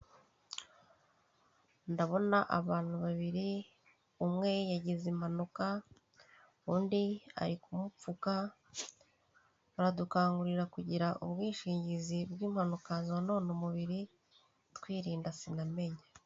Ndabona abantu babiri, umwe yagize impanuka, undi ari kumupfuka, baradukangurira kugira ubwishingizi bw'impanuka zonona umubiri twirinda sinamenye.